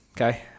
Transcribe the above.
Okay